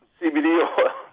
CBD